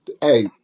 Hey